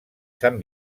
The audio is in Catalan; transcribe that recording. sant